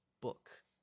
book